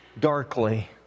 darkly